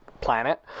planet